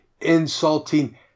insulting